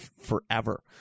forever